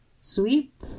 sweep